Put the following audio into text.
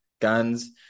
guns